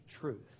truth